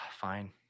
Fine